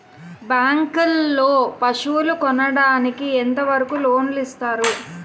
Bank లో పశువుల కొనడానికి ఎంత వరకు లోన్ లు ఇస్తారు?